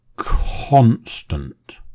constant